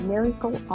Miracle